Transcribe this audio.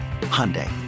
Hyundai